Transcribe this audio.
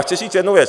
Chci říct jednu věc.